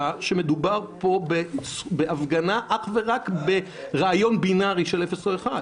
שמדובר פה בהפגנה שהיא אך ורק ברעיון בינארי של אפס או אחד?